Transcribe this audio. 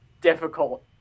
difficult